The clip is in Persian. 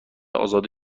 ازاده